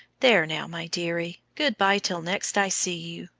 there now, my dearie, good-bye till next i see you,